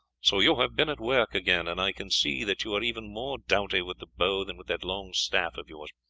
so you have been at work again, and i can see that you are even more doughty with the bow than with that long staff of yours.